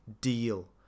deal